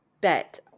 bet